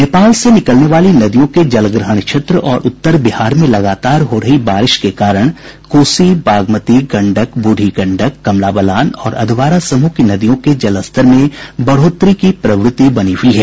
नेपाल से निकलने वाली नदियों के जलग्रहण क्षेत्र और उत्तर बिहार में लगातार हो रही बारिश के कारण कोसी बागमती गंडक बूढ़ी गंडक कमला बलान और अधवारा समूह की नदियों के जलस्तर में बढ़ोत्तरी की प्रवृति बनी हुई है